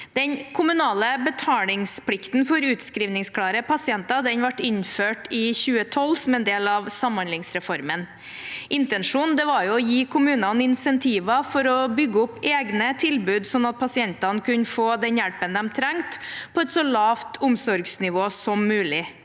Den kommunale betalingsplikten for utskrivningsklare pasienter ble innført i 2012 som en del av samhandlingsreformen. Intensjonen var å gi kommunene insentiver til å bygge opp egne tilbud, slik at pasientene kunne få den hjelpen de trengte, på et så lavt omsorgsnivå som mulig.